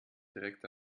direkt